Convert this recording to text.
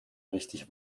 richtig